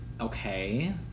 Okay